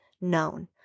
known